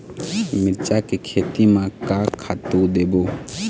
मिरचा के खेती म का खातू देबो?